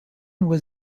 was